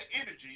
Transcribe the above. energy